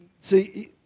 See